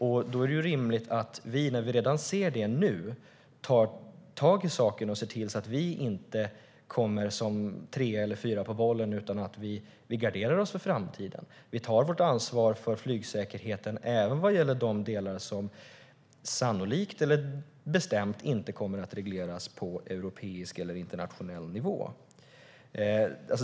När vi ser det redan nu är det rimligt att vi tar tag i saken och ser till att vi inte kommer som trea eller fyra på bollen utan garderar oss för framtiden. Vi tar då vårt ansvar för flygsäkerheten även vad gäller de delar som sannolikt, eller bestämt, inte kommer att regleras på europeisk eller internationell nivå.